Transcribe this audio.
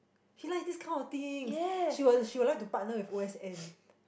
she likes this kind of things she will she will like to partner with O_S_N